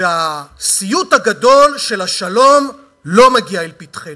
והסיוט הגדול של השלום לא מגיע לפתחנו.